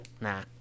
Nah